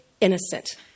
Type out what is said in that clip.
innocent